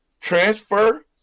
transfer